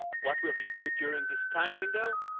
what will he do during this time window?